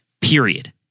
period